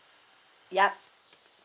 yup